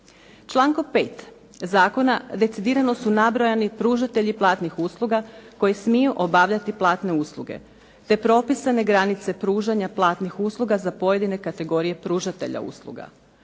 Člankom 5. zakona decidirano su nabrojani pružatelji platnih usluga koji smiju obavljati platne usluge te propisane granice pružanja platnih usluga za pojedine kategorije pružatelja usluga.